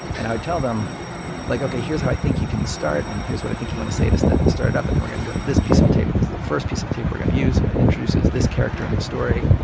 and i like okay, here's how i think you can start, and here's what i think you want to say to start start it up. and then we're going to go to this piece of tape, and this is the first piece of tape we're going to use and it introduces this character in the story.